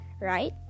right